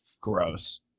Gross